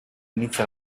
inizia